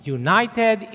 united